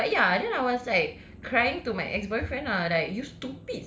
but ya then I was like crying to my ex-boyfriend lah like you